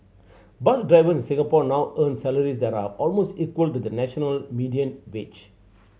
bus drivers in Singapore now earn salaries that are almost equal to the national median wage